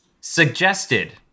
suggested